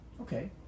okay